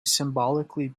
symbolically